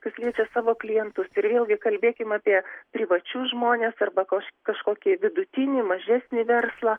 kas liečia savo klientus ir vėlgi kalbėkim apie privačius žmones arba kaž kažkokį vidutinį mažesnį verslą